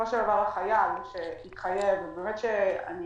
משרד הביטחון צריך לערוב לצ'קים